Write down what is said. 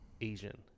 asian